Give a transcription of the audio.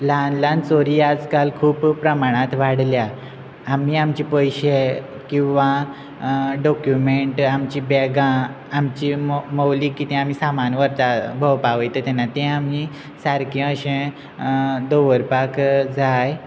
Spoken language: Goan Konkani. ल्हान ल्हान चोरी आज काल खूब प्रमाणांत वाडल्या आमी आमचे पयशे किंवां डॉक्युमेंट आमची बॅगां आमची मौलीक कितें आमी सामान व्हरता भोवपा वयता तेन्ना ते आमी सारकें अशें दवरपाक जाय